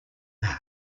that